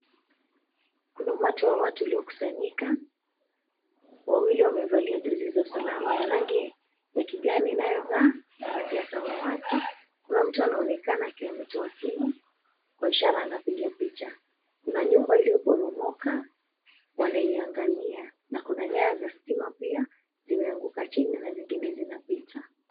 Kuna umati wa watu uliokusanyika, wawili wamevalia jezi za salama ya rangi ya kijani inayongaa na rangi ya samawati. Kuna mtu anonekana akiwa ametoa simu kwa ishara anapiga picha. Kuna nyumba iliyoporomoka wanaiangalia na kuna nyaya za stima pia zimeanguka chini na zingine zinapita.